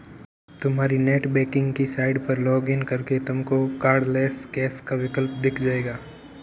तुम्हारी नेटबैंकिंग की साइट पर लॉग इन करके तुमको कार्डलैस कैश का विकल्प दिख जाएगा